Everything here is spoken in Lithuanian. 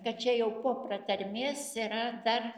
kad čia jau po pratarmės yra dar